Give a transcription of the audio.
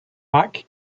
mac